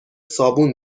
صابون